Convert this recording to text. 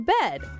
bed